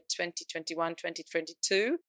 2021-2022